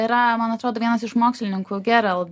yra man atrodo vienas iš mokslininkų gerald